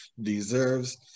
deserves